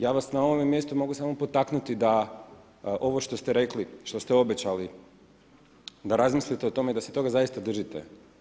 Ja vas na ovome mjestu mogu samo potaknuti da ovo što ste rekli, što ste obećali da razmislite o tome, da se toga zaista držite.